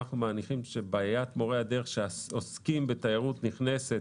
אנחנו מניחים שבעיית מורי הדרך שעוסקים בתיירות נכנסת